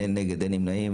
אין נגד, אין נמנעים.